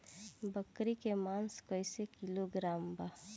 बकरी के मांस कईसे किलोग्राम बा?